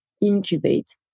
incubate